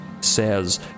says